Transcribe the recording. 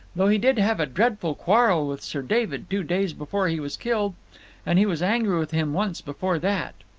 though he did have a dreadful quarrel with sir david two days before he was killed and he was angry with him once before that.